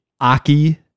Aki